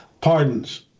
pardons